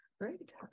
great